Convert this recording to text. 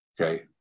okay